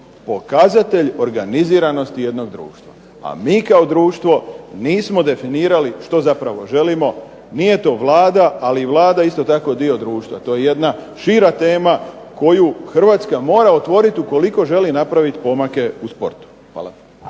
pokazatelj organiziranosti jednog društva, a mi kao društvo nismo definirali što zapravo želimo. Nije to Vlada, ali i Vlada je isto tako dio društva. To je jedna šira tema koju Hrvatska mora otvoriti ukoliko želi napraviti pomake u sportu. Hvala.